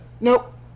Nope